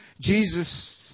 Jesus